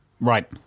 Right